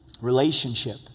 relationship